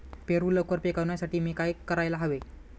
पेरू लवकर पिकवण्यासाठी मी काय करायला हवे?